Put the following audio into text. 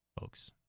folks